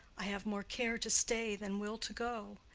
i have more care to stay than will to go.